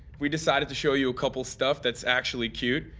we decided to show you a couple stuff thats actually cute.